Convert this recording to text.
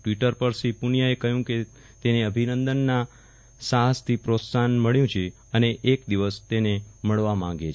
Twitter પર શ્રી પુનિયાએ કહ્યુ કે તેને અભિનંદનના સાહ્સ થી પ્રોત્સાફન મળ્યુ છે અને એક દિવસ તેને મળવા માંગે છે